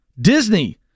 Disney